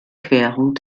querung